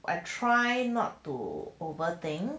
I try not to over think